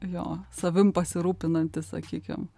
jo savim pasirūpinantis sakykim